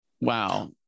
wow